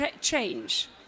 change